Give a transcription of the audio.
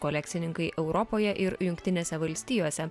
kolekcininkai europoje ir jungtinėse valstijose